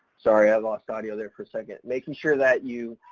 sorry i lost audio there for second, making sure that you,